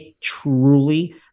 truly